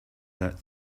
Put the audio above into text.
that